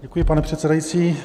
Děkuji, pane předsedající.